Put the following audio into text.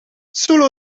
zullen